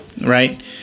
right